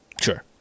sure